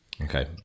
Okay